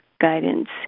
guidance